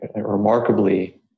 remarkably